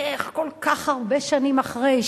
איך כל כך הרבה שנים אחרי,